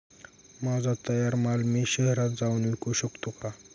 माझा तयार माल मी शहरात जाऊन विकू शकतो का?